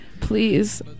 Please